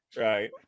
right